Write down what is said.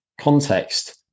context